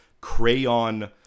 crayon